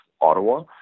Ottawa